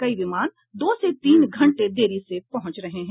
कई विमान दो से तीन घंटे देरी से पहुंच रहे हैं